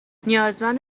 نیازمند